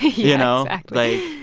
you know, like,